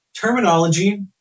terminology